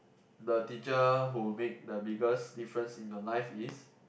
the teacher who make the biggest difference in your life is